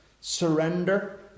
surrender